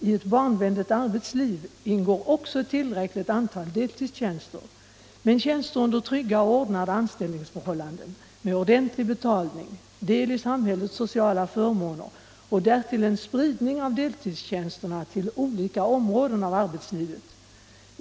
I ett barnvänligt arbetsliv ingår också tillräckligt antal deltidstjänster — men tjänster under trygga och ordnade anställningsförhållanden, med ordentlig betalning, med del i samhällets sociala förmåner och därtill spridda till olika områden av arbetslivet.